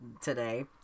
today